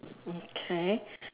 okay